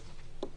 לוועדה.